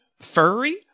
furry